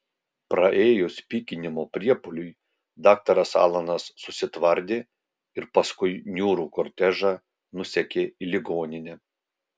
praėjus pykinimo priepuoliui daktaras alanas susitvardė ir paskui niūrų kortežą nusekė į ligoninę